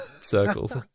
circles